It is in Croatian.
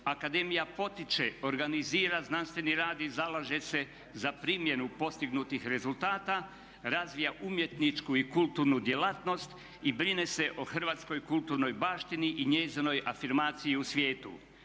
"Akademija potiče, organizira znanstveni rad i zalaže se za primjenu postignutih rezultata, razvija umjetničku i kulturnu djelatnost i brine se o hrvatskoj kulturnoj baštini i njezinoj afirmaciji u svijetu.